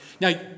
Now